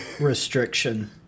restriction